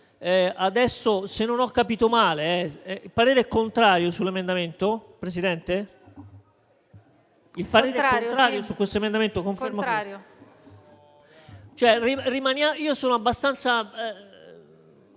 Adesso, se non ho capito male, il parere è contrario su questo emendamento,